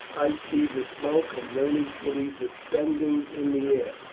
i see the smoke of burning cities ascending in the air.